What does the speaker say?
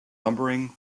lumbering